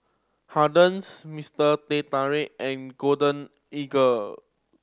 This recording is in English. Hardy's Mister Teh Tarik and Golden Eagle